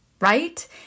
Right